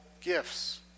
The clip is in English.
gifts